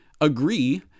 agree